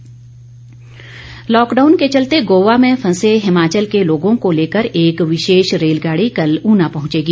रेलगाडी लॉकडाउन के चलते गोवा में फंसे हिमाचल के लोगों को लेकर एक विशेष रेलगाड़ी कल ऊना पहुंचेगी